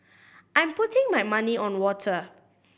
I'm putting my money on water